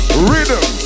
Rhythm